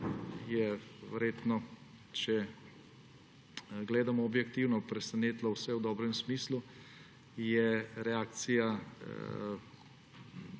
je verjetno, če gledamo objektivno, presenetila vse v dobrem smislu, je reakcija